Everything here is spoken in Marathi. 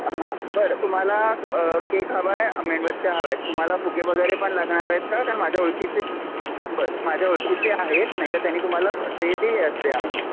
हा बरं तुम्हाला केक हवा आहे मेणबत्त्या हव्या आहेत तुम्हाला फुगे वगैरे पण लागणार आहेत का कारण माझ्या ओळखीचे बरं माझ्या ओळखीचे आहेत नाहीत त्यानी तुम्हाला ते दिले असते आणून